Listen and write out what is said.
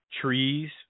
trees